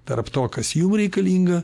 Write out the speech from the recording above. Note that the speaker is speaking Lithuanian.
tarp to kas jum reikalinga